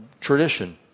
tradition